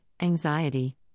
anxiety